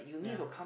yeah